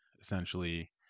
essentially